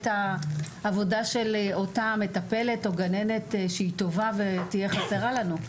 עבודת אותה מטפלת או גננת שהיא טובה ותהיה חסרה לנו.